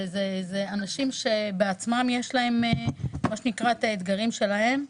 זה אנשים שבעצמם יש להם את האתגרים שלהם.